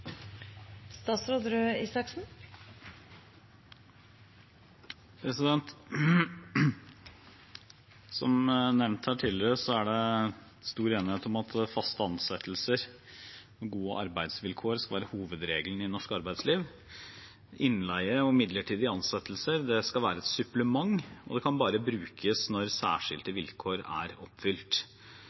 det stor enighet om at faste ansettelser og gode arbeidsvilkår skal være hovedregelen i norsk arbeidsliv. Innleie og midlertidige ansettelser skal være et supplement, og det kan bare brukes når særskilte vilkår er oppfylt.